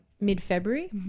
mid-February